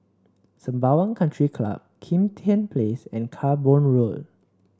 Sembawang Country Club Kim Tian Place and Camborne Road